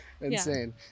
insane